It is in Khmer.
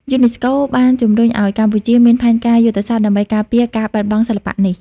យូណេស្កូបានជំរុញឱ្យកម្ពុជាមាន ផែនការយុទ្ធសាស្ត្រ ដើម្បីការពារការបាត់បង់សិល្បៈនេះ។